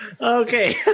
Okay